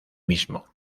mismo